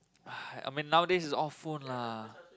ah I mean nowadays is all phone lah